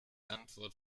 antwort